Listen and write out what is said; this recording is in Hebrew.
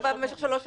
במשך שלוש שנים,